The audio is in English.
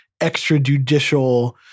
extrajudicial